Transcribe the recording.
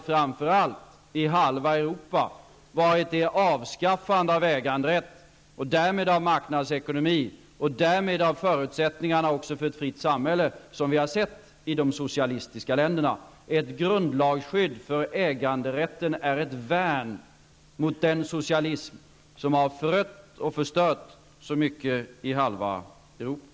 Framför allt hade det förhindrat ett avskaffande av äganderätten och därmed av marknadsekonomi och därmed av förutsättningarna för ett fritt samhälle i halva Europa -- som vi har sett i de socialistiska länderna. Ett grundlagsskydd för äganderätten är ett värn mot den socialism som har förött och förstört så mycket i halva Europa.